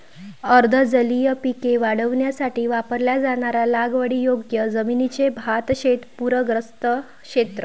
अर्ध जलीय पिके वाढवण्यासाठी वापरल्या जाणाऱ्या लागवडीयोग्य जमिनीचे भातशेत पूरग्रस्त क्षेत्र